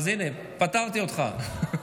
אז הינה, פטרתי אותך.